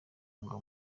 ngo